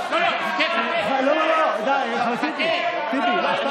חבר הכנסת טיבי, משפט